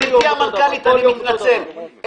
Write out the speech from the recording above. גברתי המנכ"לית, אני מתנצל,